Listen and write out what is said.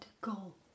goal